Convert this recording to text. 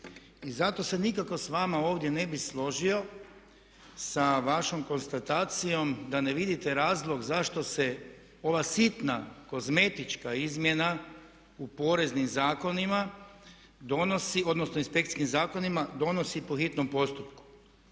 I zato se nikako s vama ovdje ne bi složio sa vašom konstatacijom da ne vidite razlog zašto se ova sitna kozmetička izmjena u poreznim zakonima donosi, odnosno, odnosno inspekcijskim zakonima donosi po hitnom postupku.